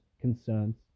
concerns